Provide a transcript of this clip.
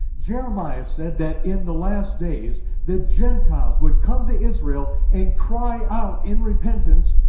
jeremiah said that in the last days, the gentiles would come to israel and cry out in repentance,